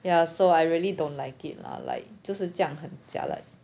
ya so I really don't like it lah like 就是这样很 jialat